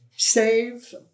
save